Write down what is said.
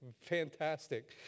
fantastic